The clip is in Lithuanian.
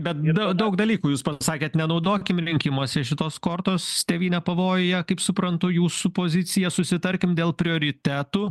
bet da daug dalykų jūs pasakėt nenaudokim rinkimuose šitos kortos tėvynė pavojuje kaip suprantu jūsų pozicija susitarkim dėl prioritetų